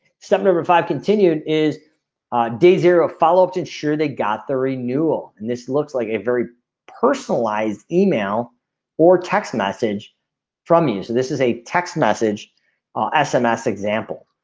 step number. five continued is ah day zero. follow. but and sure, they got the renewal and this looks like a very personalized email or text message from you. so this is a text message ah ss example.